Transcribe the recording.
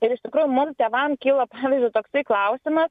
ir iš tikrųjų mum tėvam kyla pavyzdžiui toksai klausimas